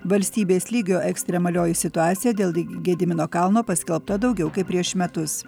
valstybės lygio ekstremalioji situacija dėl gedimino kalno paskelbta daugiau kaip prieš metus